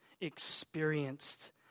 experienced